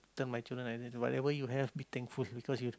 tell my children like this whatever you have be thankful because you